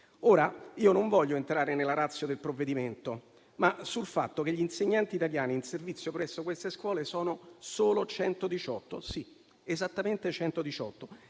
scuole. Non voglio entrare nella *ratio* del provvedimento, ma rilevo che gli insegnanti italiani in servizio presso queste scuole sono solo 118. Sì, esattamente 118.